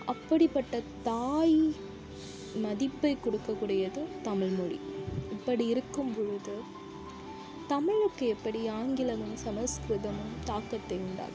அப்படிப்பட்ட தாய் மதிப்பைக் கொடுக்கக்கூடியது தமிழ்மொழி இப்படி இருக்கும்பொழுது தமிழுக்கு எப்படி ஆங்கிலமும் சமஸ்கிருதமும் தாக்கத்தை உண்டாக்கும்